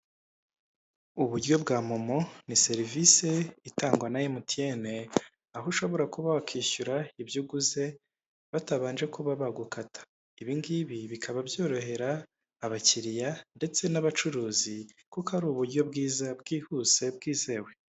Uburyo bwa momo ni serivise itangwa na emutiyene, aho ushobora kuba wakishyura ibyo uguze batabanje kuba bagukata, ibi ngibi bikaba byorohera abakiliya ndetse n'abacuruzi kuko ari uburyo bwiza bwihuse bwizewe.